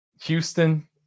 Houston